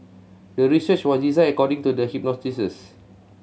the research was designed according to the hypothesis